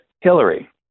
hillary